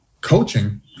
coaching